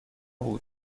بود